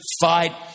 fight